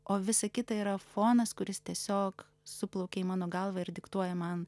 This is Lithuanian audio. o visa kita yra fonas kuris tiesiog suplaukė į mano galvą ir diktuoja man